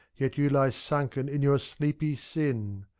yet you lie sunken in your sleepy sin